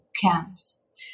camps